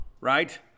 right